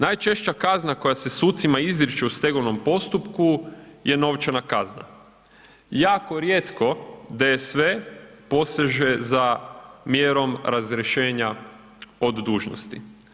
Najčešća kazna koja se sucima izriču u stegovnom postupku je novčana kazna, jako rijetko DSV poseže za mjerom razrješenja od dužnosti.